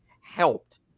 helped